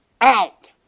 out